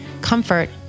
comfort